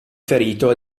ferito